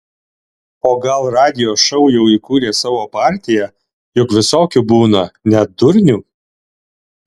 o gal radijo šou jau įkūrė savo partiją juk visokių būna net durnių